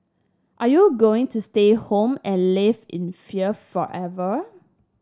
are you going to stay home and live in fear forever